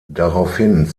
daraufhin